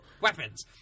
weapons